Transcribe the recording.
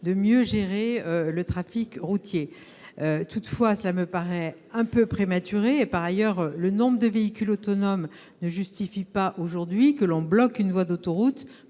de mieux gérer le trafic routier. Toutefois, cela me paraît un peu prématuré. Par ailleurs, le nombre de véhicules autonomes ne justifie pas aujourd'hui qu'on bloque une voie d'autoroute